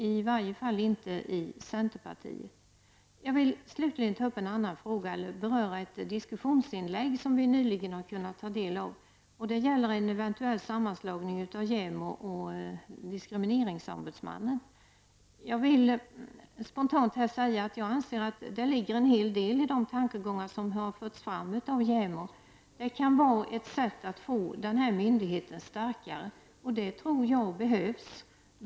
I varje fall inte vi i centerpartiet. Jag vill slutligen ta upp en annan fråga -- eller beröra ett diskussionsinlägg som vi nyligen kunnat ta del av. Det gäller en eventuell sammanslagning av JämO och diskrimineringsombudsmannen. Jag vill spontant här säga att jag anser att det ligger en hel del i de tankegångar som förts fram av JämO. Det kan vara ett sätt att få myndigheten starkare, och det tror jag behövs.